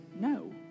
no